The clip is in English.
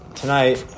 tonight